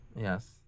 Yes